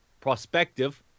prospective